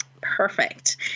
Perfect